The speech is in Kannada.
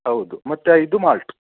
ಹೌದು ಮತ್ತು ಐದು ಮಾಲ್ಟ್